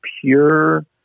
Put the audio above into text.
pure